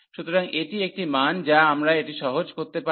সুতরাং এটি একটি মান যা আমরা এটি সহজ করতে পারি